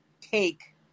take